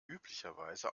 üblicherweise